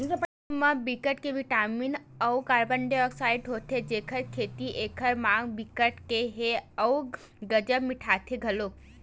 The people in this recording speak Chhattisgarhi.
मसरूम म बिकट के बिटामिन अउ कारबोहाइडरेट होथे जेखर सेती एखर माग बिकट के ह अउ गजब मिटाथे घलोक